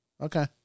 Okay